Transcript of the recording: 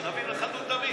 שנבין אחת ולתמיד.